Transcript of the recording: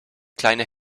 kleine